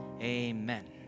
amen